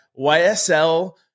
YSL